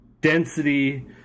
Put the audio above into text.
density